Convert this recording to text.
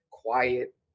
quiet